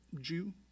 Jew